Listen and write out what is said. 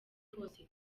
hose